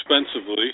expensively